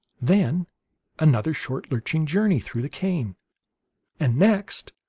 then another short lurching journey through the cane and next,